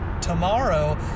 tomorrow